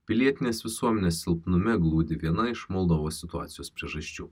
pilietinės visuomenės silpnume glūdi viena iš moldovos situacijos priežasčių